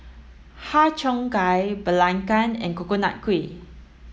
Har Cheong Gai Belacan and Coconut Kuih